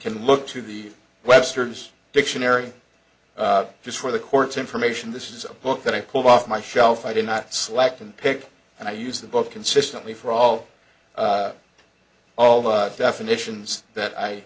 can look to the webster's dictionary just for the court's information this is a book that i pulled off my shelf i did not slacken pick and i use the book consistently for all all the definitions that i